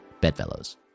bedfellows